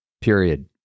period